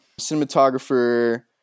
Cinematographer